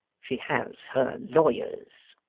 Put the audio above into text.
she has her lawyers.